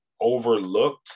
overlooked